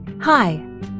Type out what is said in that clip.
Hi